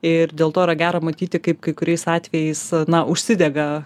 ir dėl to yra gera matyti kaip kai kuriais atvejais na užsidega